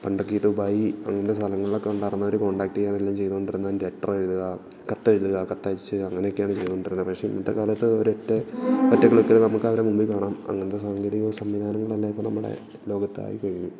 പണ്ടൊക്കെ ഈ ദുബായ് അങ്ങനത്തെ സ്ഥലങ്ങളിലൊക്കെയുണ്ടായിരുന്നവർ കോണ്ടാക്ട് ചെയ്യാൻ എല്ലാം ചെയ്തുകൊണ്ടിരുന്നത് ലെറ്റർ ഏഴുതുക കത്ത് എഴുതുക കത്തയച്ച് അങ്ങനെയൊക്കെയാണ് ചെയ്തുകൊണ്ടിരുന്നത് പക്ഷേ ഇന്നത്തെക്കാലത്ത് ഒരൊറ്റ ഒറ്റ ക്ലിക്കിൽ നമ്മുക്കവരെ മുമ്പിൽ കാണാം അങ്ങനത്തെ സാങ്കേതിക സംവിധാനങ്ങളെല്ലാം ഇപ്പോൾ നമ്മുടെ ലോകത്തായിക്കഴിഞ്ഞു